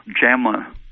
JAMA